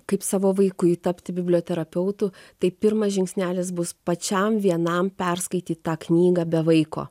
kaip savo vaikui tapti biblioterapeutu tai pirmas žingsnelis bus pačiam vienam perskaityt tą knygą be vaiko